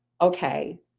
okay